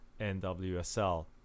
NWSL